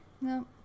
No